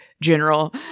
general